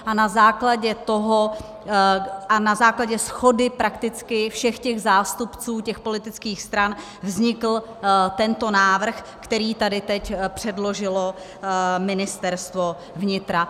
A na základě toho a na základě shody prakticky všech zástupců těch politických stran vznikl tento návrh, který tady teď předložilo Ministerstvo vnitra.